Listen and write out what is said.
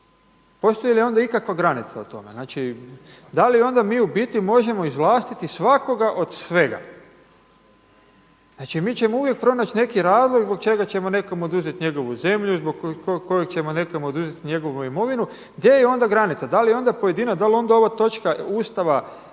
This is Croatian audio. Postoji li onda ikakva granica u tome? Da li mi onda mi u biti možemo izvlastiti svakoga od svega? Znači mi ćemo uvijek pronaći neki razlog zbog čega ćemo nekom oduzeti njegovu zemlju, … nekom oduzeti njegovu imovinu. Gdje je onda granica? Da li onda pojedina, da li onda ova točka Ustava